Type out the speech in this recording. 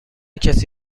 کسی